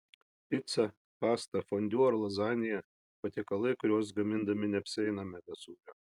pica pasta fondiu ar lazanija patiekalai kuriuos gamindami neapsieiname be sūrio